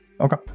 Okay